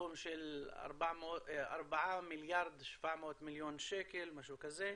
סכום של 4.700 מיליארד שקל, משהו כזה.